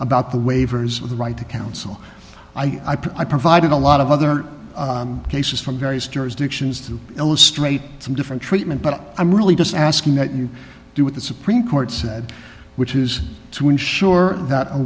about the waivers of the right to counsel i provided a lot of other cases from various jurisdictions to illustrate some different treatment but i'm really just asking that you do what the supreme court said which is to ensure that a